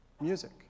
music